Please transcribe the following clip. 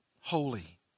holy